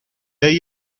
ahí